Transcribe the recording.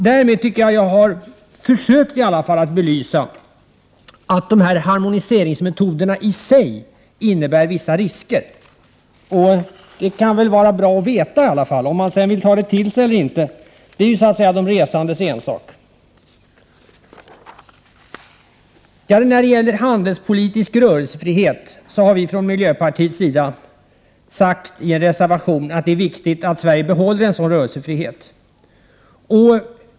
Därmed tycker jag att jag i alla fall har försökt att belysa att dessa harmoniseringsmetoder i sig innebär vissa risker. Det kan vara bra att veta. Om man sedan vill ta det till sig eller inte är så att säga de resandes ensak. När det gäller handelspolitisk rörelsefrihet har vi från miljöpartiets sida sagt i en reservation att det är viktigt att Sverige behåller en sådan rörelsefrihet.